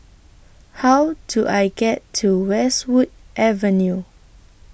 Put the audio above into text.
How Do I get to Westwood Avenue